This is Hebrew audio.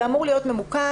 זה אמור להיות ממוקד.